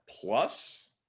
Plus